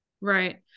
Right